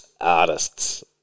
artists